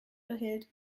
erhält